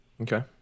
okay